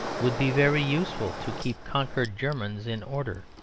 would be very useful to keep conquered germans in order.